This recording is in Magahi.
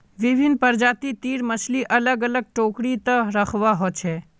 विभिन्न प्रजाति तीर मछली अलग अलग टोकरी त रखवा हो छे